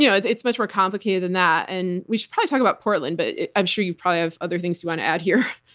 you know it's it's much more complicated than that, and we should probably talk about portland, but i'm sure you probably have other things you want to add here.